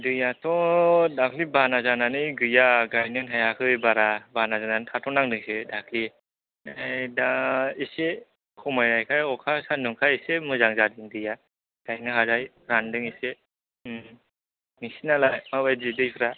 दैयाथ' दाख्लै बाना जानानै गैया गायनोनो हायाखै बारा बाना जानानानै थाथ'नांदोंसो दाख्लै नै दा एसे खमायनायखाय अखा सान्दुंखाय एसे मोजां जादों दैया गायनो हानाय रानदों एसे नोंसिनालाय माबादि दैफ्रा